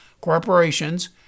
corporations